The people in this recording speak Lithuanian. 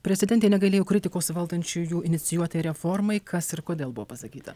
prezidentė negailėjo kritikos valdančiųjų inicijuotai reformai kas ir kodėl buvo pasakyta